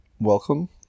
Welcome